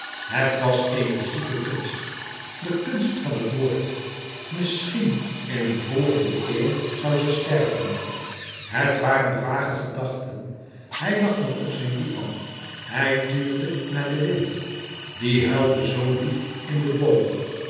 het was eene zieke kunst de kunst van het woord misschien in een volgende eeuw zoû ze sterven het waren vage gedachten hij lag dan op zijn divan hij tuurde naar den wind die huilde zoo lief in de boomen